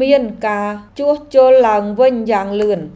មានការជួសជុលឡើងវិញយ៉ាងលឿន។